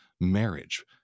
marriage